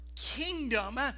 kingdom